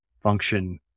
function